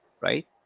right